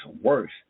worse